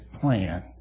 plan